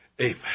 Amen